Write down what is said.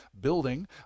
building